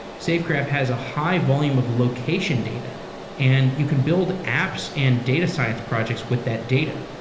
safegraph has a high volume of location data and you can build apps and data science projects with that data.